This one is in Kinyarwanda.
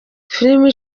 filime